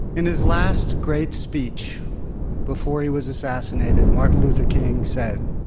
in his last great speech before he was assassinated, martin luther king said,